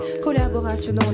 collaboration